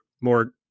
more